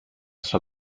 sua